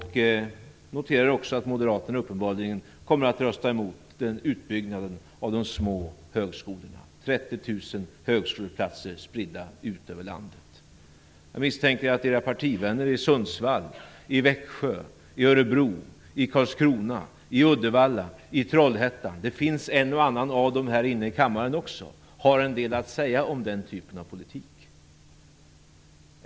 Jag noterar också att moderaterna uppenbarligen kommer att rösta emot utbyggnaden av de små och medelstora högskolorna som innebär 30 000 nya högskoleplatser utspridda över landet. Jag misstänker att era partivänner i Sundsvall, i Växjö, i Örebro, i Karlskrona, i Uddevalla, i Trollhättan - det finns en och annan av dem också här i kammaren - har en del att säga om den typen av politik.